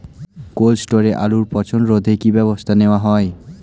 Cold স্টোরে আলুর পচন রোধে কি ব্যবস্থা নেওয়া হয়?